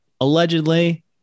allegedly